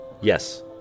Yes